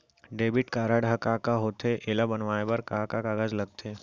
Debit card ह का होथे एला बनवाए बर का का कागज लगथे?